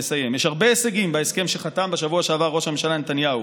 יש הרבה הישגים בהסכם שחתם בשבוע שעבר ראש הממשלה נתניהו,